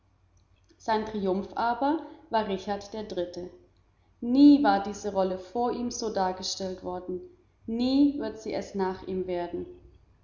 sein triumph aber war richard der dritte nie war diese rolle vor ihm so dargestellt worden nie wird sie nach ihm es werden